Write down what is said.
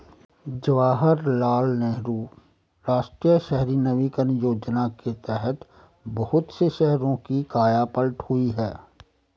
जवाहरलाल नेहरू राष्ट्रीय शहरी नवीकरण योजना के तहत बहुत से शहरों की काया पलट हुई है